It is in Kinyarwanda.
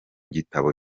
gitabo